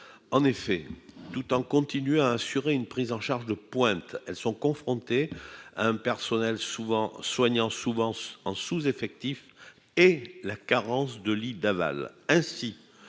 en effet tout en continue à assurer une prise en charge de pointe, elles sont confrontées à un personnel souvent soignants souvent en sous-effectif et la carence de lits d'aval,